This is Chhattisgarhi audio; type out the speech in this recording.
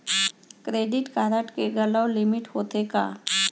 क्रेडिट कारड के घलव लिमिट होथे का?